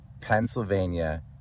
Pennsylvania